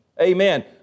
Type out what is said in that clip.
Amen